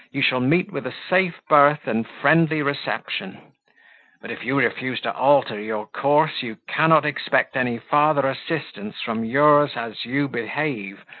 you shall meet with a safe berth and friendly reception but if you refuse to alter your course you cannot expect any farther assistance from yours as you behave,